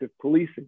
policing